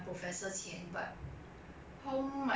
ya school facilities which